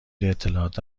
اطلاعات